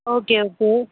okay okay